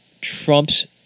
Trump's